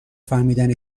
فهمیدن